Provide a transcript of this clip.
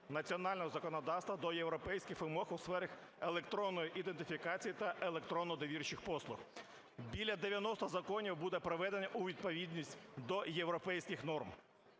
національного законодавства до європейських вимог у сфері електронної ідентифікації та електронних довірчих послуг. Біля 90 законів буде приведено у відповідність до європейських норм.